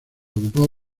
ocupó